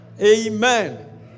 Amen